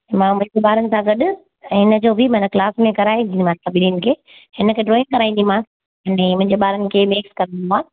मां मिक्स ॿारनि सां गॾ ऐं इनजो बि मतिलब क्लास में कराए ॾींदीमास बिन्हीनि खे हिनखे ड्रॉइंग कराईंदीमास जीअं ॿार मूंखे चैक कंदीमास